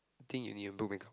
think you need to put makeup